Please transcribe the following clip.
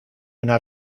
una